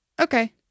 Okay